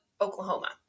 Oklahoma